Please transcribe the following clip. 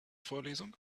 vorlesung